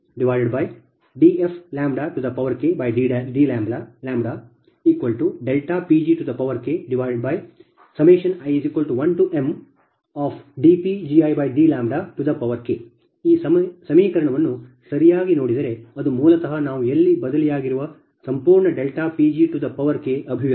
ಮತ್ತು KPgKdfKdλPgKi1mdPgidλK ಈ ಸಮೀಕರಣವನ್ನು ನೀವು ಸರಿಯಾಗಿ ನೋಡಿದರೆ ಅದು ಮೂಲತಃ ನಾವು ಇಲ್ಲಿ ಬದಲಿಯಾಗಿರುವ ಸಂಪೂರ್ಣ Pg ಅಭಿವ್ಯಕ್ತಿ